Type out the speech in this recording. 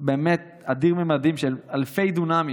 באמת אדיר ממדים, של אלפי דונמים